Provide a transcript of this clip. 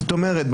זאת אומרת,